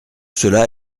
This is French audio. cela